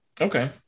Okay